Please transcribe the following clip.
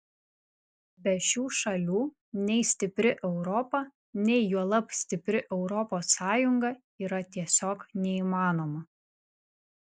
be šių šalių nei stipri europa nei juolab stipri europos sąjunga yra tiesiog neįmanoma